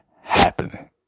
happening